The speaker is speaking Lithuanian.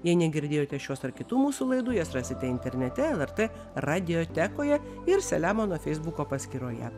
jei negirdėjote šios ar kitų mūsų laidų jas rasite internete lrt radiotekoje ir selemono feisbuko paskyroje